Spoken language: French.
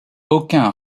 aucun